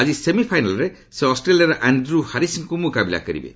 ଆଜି ସେମିଫାଇନାଲ୍ରେ ସେ ଅଷ୍ଟ୍ରେଲିଆର ଆଶ୍ର୍ୟ ହାରିସ୍ଙ୍କୁ ମୁକାବିଲା କରିବେ